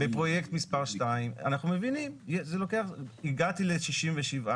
בפרויקט מספר 2, אנחנו מבינים, הגעתי ל-67.